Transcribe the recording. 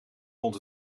rond